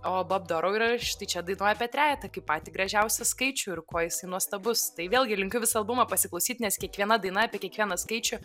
o bob dorou ir štai čia dainuoja apie trejetą kaip patį gražiausią skaičių ir kuo jisai nuostabus tai vėlgi linkiu visą albumą pasiklausyt nes kiekviena daina apie kiekvieną skaičių